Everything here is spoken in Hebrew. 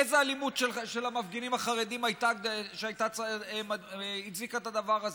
איזו אלימות של המפגינים החרדים הצדיקה את הדבר הזה?